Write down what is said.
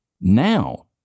now